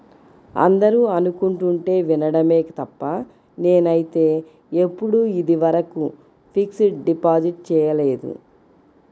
అందరూ అనుకుంటుంటే వినడమే తప్ప నేనైతే ఎప్పుడూ ఇంతవరకు ఫిక్స్డ్ డిపాజిట్ చేయలేదు